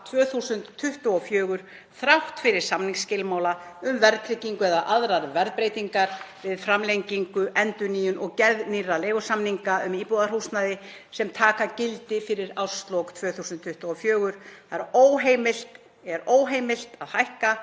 2024, þrátt fyrir samningsskilmála um verðtryggingu eða aðrar verðbreytingar. Við framlengingu, endurnýjun og gerð nýrra leigusamninga um íbúðarhúsnæði sem taka gildi fyrir árslok 2024 er óheimilt að hækka